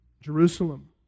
Jerusalem